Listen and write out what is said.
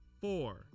four